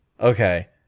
Okay